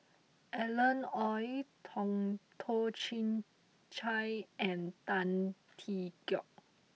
Alan Oei Tong Toh Chin Chye and Tan Tee Yoke